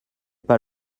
pas